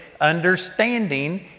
understanding